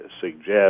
suggest